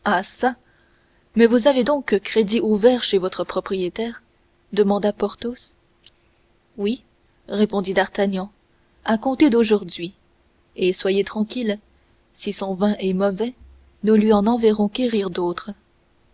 mais vous avez donc crédit ouvert chez votre propriétaire demanda porthos oui répondit d'artagnan à compter d'aujourd'hui et soyez tranquilles si son vin est mauvais nous lui en enverrons quérir d'autre